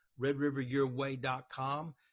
redriveryourway.com